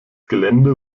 gelände